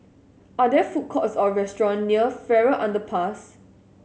are there food courts or restaurants near Farrer Underpass